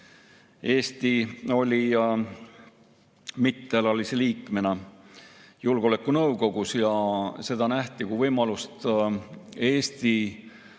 Eesti oli mittealalise liikmena julgeolekunõukogus ja seda nähti kui võimalust Eesti